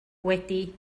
wedi